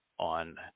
On